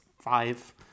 five